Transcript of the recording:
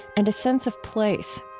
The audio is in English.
and a sense of place.